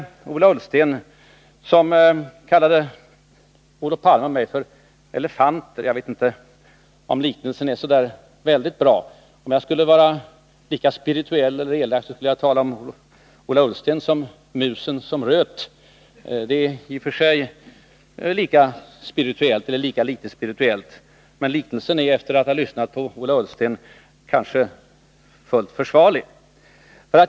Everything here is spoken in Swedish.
Ola Ullsten kallade Olof Palme och mig för elefanter. Jag vet inte om liknelsen är så bra. Om jag skulle vara lika spirituell eller elak skulle jag tala om Ola Ullsten som ”musen som röt”. Det är i och för sig lika spirituellt eller lika litet spirituellt, men liknelsen är, sedan man lyssnat på Ola Ullsten, ändå fullt försvarlig.